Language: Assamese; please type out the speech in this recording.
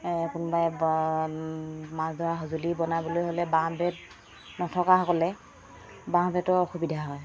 কোনোবাই মাছ ধৰা সঁজুলি বনাবলৈ হ'লে বাঁহ বেত নথকাসকলে বাঁহ বেতৰ অসুবিধা হয়